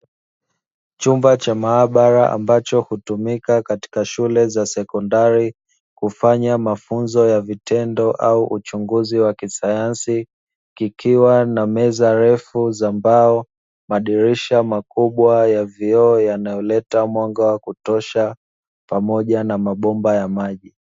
Chumba cha maabara, ambacho hutumika katika shule za sekondari, kufanya mafunzo ya vitendo au uchunguzi wa kisayansi, kikiwa na meza refu za mbao, madirisha makubwa ya vioo yanayoleta mwanga wa kutosha pamoja na mabomba ya maji.